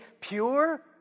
pure